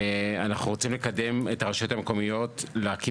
אנחנו רוצים לקדם את הרשויות המקומיות להקים